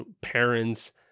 parents